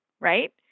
right